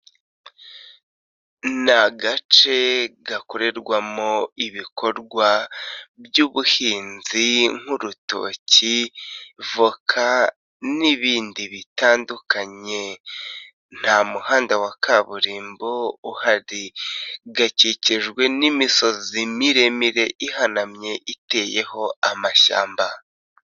Ni agace gakorerwamo ibikorwa by'ubuhinzi, nk'urutoki, voka, n'ibindi bitandukanye, nta muhanda wa kaburimbo uhari, hakikijwe n'imisozi miremire ihanamye, iteyeho amashyamba.